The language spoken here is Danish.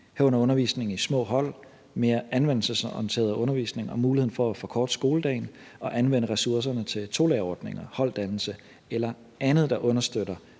herunder undervisning i små hold og mere anvendelsesorienteret undervisning, og muligheden for at forkorte skoledagen og anvende ressourcerne til tolærerordninger, holddannelse eller andet, der understøtter